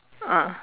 ah